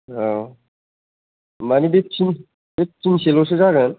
औ माने बे फिनसे ल'सो जागोन